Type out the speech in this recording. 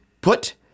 put